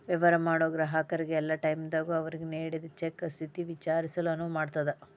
ವ್ಯವಹಾರ ಮಾಡೋ ಗ್ರಾಹಕರಿಗೆ ಯಲ್ಲಾ ಟೈಮದಾಗೂ ಅವ್ರಿಗೆ ನೇಡಿದ್ ಚೆಕ್ ಸ್ಥಿತಿನ ವಿಚಾರಿಸಲು ಅನುವು ಮಾಡ್ತದ್